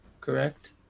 correct